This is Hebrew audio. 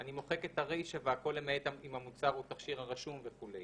אני מוחק את הרישה "והכול למעט אם המוצר הוא תכשיר הרשום" וכו'.